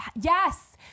Yes